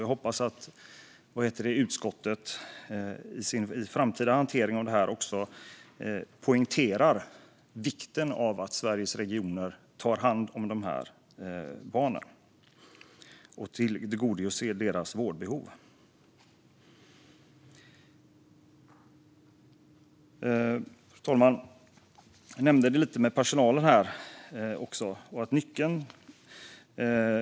Jag hoppas att utskottet i sin framtida hantering av detta poängterar vikten av att Sveriges regioner tar hand om de här barnen och tillgodoser deras vårdbehov. Fru talman!